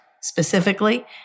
specifically